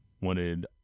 wanted